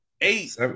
eight